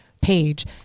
page